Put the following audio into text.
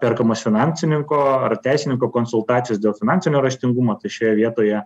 perkamos finansininko ar teisininko konsultacijos dėl finansinio raštingumo tai šioje vietoje